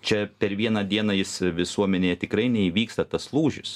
čia per vieną dieną jis visuomenėje tikrai neįvyksta tas lūžis